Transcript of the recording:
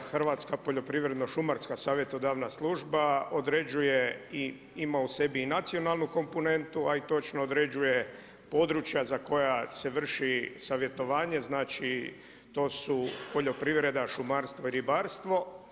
Hrvatska poljoprivredno-šumarska savjetodavna služba određuje i ima u sebi nacionalnu komponentu, a i točno određuje područja za koja se vrši savjetovanje, to su poljoprivreda, šumarstvo i ribarstvo.